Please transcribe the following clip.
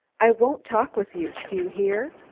i won't talk with you, do you hear?